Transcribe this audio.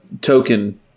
token